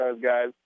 guys